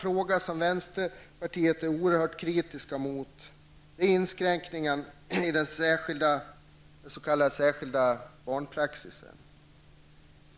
Vi i vänsterpartiet är också oerhört kritiska mot inskränkningen av den s.k. särskilda barnpraxisen.